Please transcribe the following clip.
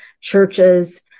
churches